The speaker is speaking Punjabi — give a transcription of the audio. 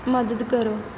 ਮਦਦ ਕਰੋ